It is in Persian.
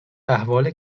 احوال